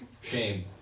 Shame